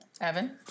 Evan